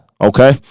okay